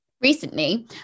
Recently